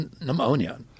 pneumonia